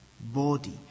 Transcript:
body